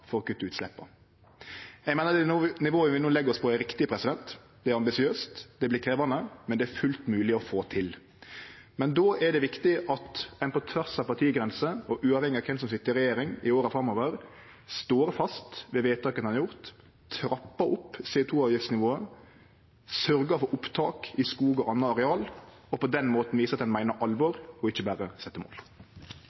for å kutte utsleppa. Eg meiner det nivået vi no legg oss på, er riktig. Det er ambisiøst, det vert krevjande, men det er fullt mogleg å få til. Men då er det viktig at ein på tvers av partigrenser og uavhengig av kven som sit i regjering i åra framover, står fast ved vedtaka ein har gjort, trappar opp CO 2 -avgiftsnivået, sørgjer for opptak i skog og anna areal, og på den måten viser at ein meiner alvor